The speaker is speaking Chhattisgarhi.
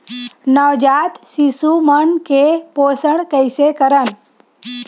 नवजात पशु मन के पोषण कइसे करन?